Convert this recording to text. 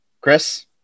Chris